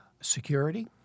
security